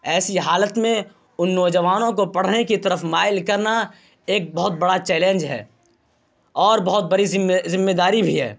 ایسی حالت میں ان نوجوانوں کو پڑھنے کی طرف مائل کرنا ایک بہت بڑا چیلنج ہے اور بہت بڑی ذمےداری بھی ہے